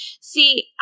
see